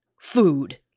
food